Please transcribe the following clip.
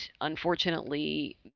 unfortunately